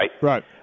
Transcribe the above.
right